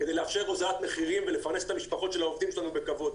כדי לאפשר הוזלת מחירים ולפרנס את המשפחות של העובדים שלנו בכבוד.